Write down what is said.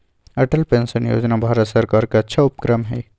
Atal pension Yojana Bharat सर्कार के अच्छा उपक्रम हई